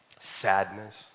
sadness